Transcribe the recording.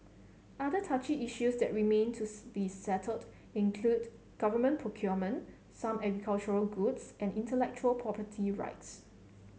other touchy issues that remain to be settled include government procurement some goods and intellectual property rights